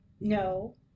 No